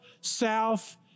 south